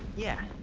yeah.